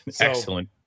Excellent